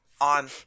On